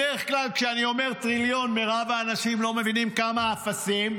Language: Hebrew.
בדרך כלל כשאני אומר "טריליון" מירב האנשים לא מבינים כמה אפסים,